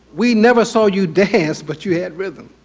we never saw you dance but you had rhythm.